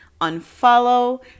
unfollow